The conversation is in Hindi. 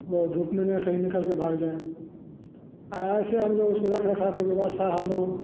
वो धूप में ना कहीं निकल के भाग जाए ऐसे और उसे रखरखाव के व्यवस्था हम लोग